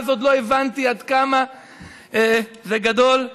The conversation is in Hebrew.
אז עוד לא הבנתי עד כמה זה גדול.